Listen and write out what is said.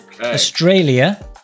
Australia